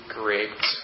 great